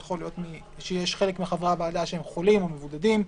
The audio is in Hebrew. יכול להיות שחלק מחברי הוועדה חולים או מבודדים,